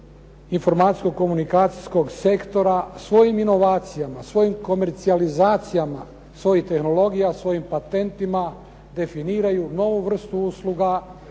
informacijsko-komunikacijskog sektora svojim inovacijama, svojim komercijalizacijama svojih tehnologija, svojim patentima definiraju novu vrstu usluga